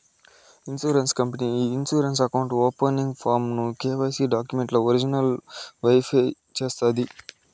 insurance company ఈ insurance account opening form ను KYC డాక్యుమెంట్లు ఒరిజినల్ వెరిఫై చేస్తాది